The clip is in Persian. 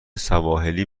سواحیلی